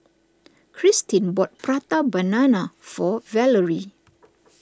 Kristin bought Prata Banana for Valery